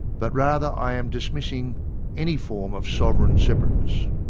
but rather i am dismissing any form of sovereign separateness.